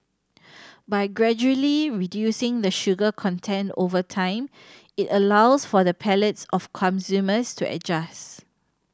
by gradually reducing the sugar content over time it allows for the palates of consumers to adjust